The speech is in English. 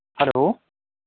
hello